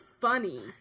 funny